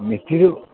মিস্ত্রী